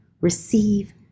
receive